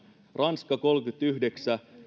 ranska kolmekymmentäyhdeksän